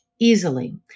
easily